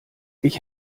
ich